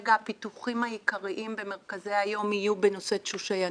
שכרגע הפיתוחים העיקריים במרכזי היום יהיו בנושא תשושי הנפש,